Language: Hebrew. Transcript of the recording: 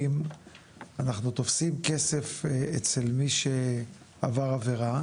האם אנחנו תופסים כסף אצל מי שעבר עבירה,